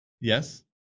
yes